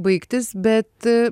baigtis bet